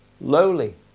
lowly